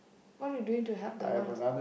what you doing to help the world